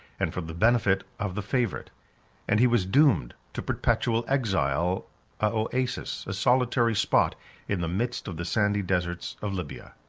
and for the benefit of the favorite and he was doomed to perpetual exile a oasis, a solitary spot in the midst of the sandy deserts of libya.